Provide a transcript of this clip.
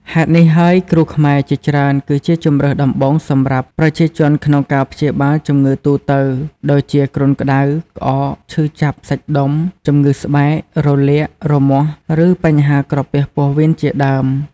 ហេតុនេះហើយ គ្រូខ្មែរជាច្រើនគឺជាជម្រើសដំបូងសម្រាប់ប្រជាជនក្នុងការព្យាបាលជំងឺទូទៅ ដូចជាគ្រុនក្ដៅ ក្អក ឈឺចាប់សាច់ដុំ ជំងឺស្បែក រលាក រមាស់ ឬបញ្ហាក្រពះពោះវៀនជាដើម។